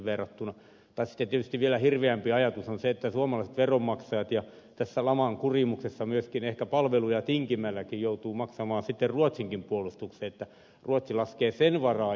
tai sitten tietysti vielä hirveämpi ajatus on se että suomalaiset veronmaksajat tässä laman kurimuksessa myöskin ehkä palveluista tinkimälläkin joutuvat maksamaan sitten ruotsinkin puolustuksen ja ruotsi laskee sen varaan